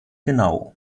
genau